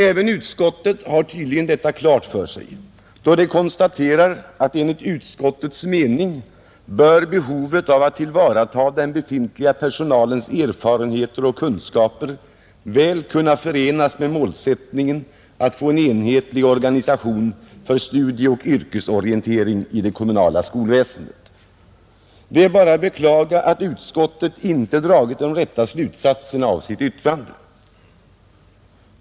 Även utskottsmajoriteten har tydligen detta klart för sig och konstaterar: ”Enligt utskottets mening bör behovet av att tillvarata den befintliga personalens erfarenheter och kunskaper väl kunna förenas med målsättningen att få en enhetlig organisation för studieoch yrkesorientering i det kommunala skolväsendet.” Det är bara att beklaga att urskottsmajoriteten inte dragit de riktiga slutsatserna av sitt uttalande.